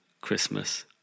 Christmas